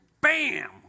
Bam